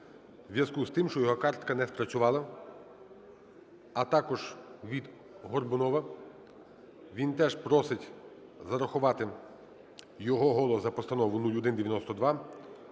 у зв'язку з тим, що його картка не спрацювала. А також від Горбунова, він теж просить зарахувати його голос за Постанову 0192